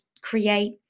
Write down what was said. create